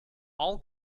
all